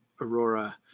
Aurora